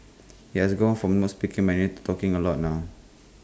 he has gone from not speaking Mandarin to talking A lot now